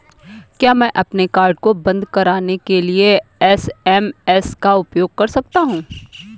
क्या मैं अपने कार्ड को बंद कराने के लिए एस.एम.एस का उपयोग कर सकता हूँ?